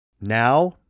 Now